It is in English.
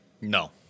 no